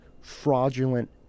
fraudulent